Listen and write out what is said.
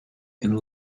and